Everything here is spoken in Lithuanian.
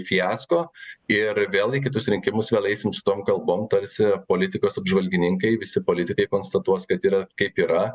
fiasko ir vėl į kitus rinkimus vėl eisim su tom kalbom tarsi politikos apžvalgininkai visi politikai konstatuos kad yra kaip yra